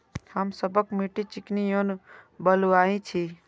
हमर सबक मिट्टी चिकनी और बलुयाही छी?